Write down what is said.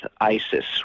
ISIS